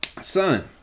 Son